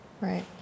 Right